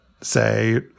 say